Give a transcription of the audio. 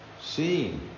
seeing